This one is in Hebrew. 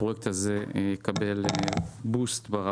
הפרויקט הזה יקבל בוסט.